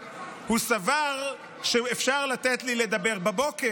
קולקטיביות בין הרשויות הפוליטיות לבין הרשות השופטת,